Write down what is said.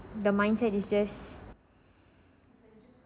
the mindset is just